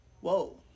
whoa